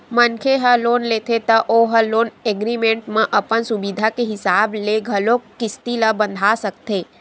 मनखे ह लोन लेथे त ओ ह लोन एग्रीमेंट म अपन सुबिधा के हिसाब ले घलोक किस्ती ल बंधा सकथे